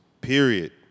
period